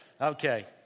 Okay